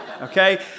okay